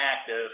active